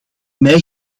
mij